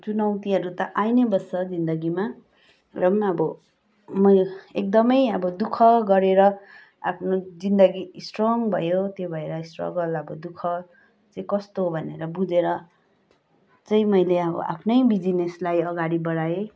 चुनौतीहरू त आई नै बस्छ जिन्दगीमा र पनि अब म एकदमै दुःख गरेर आफ्नो जिन्दगी स्ट्रङ भयो त्यही भएर स्ट्रगल अब दुःख चाहिँ कस्तो हो भनेर बुझेर चाहिँ मैले आफ्नै बिजिनेसलाई अगाडि बढाएँ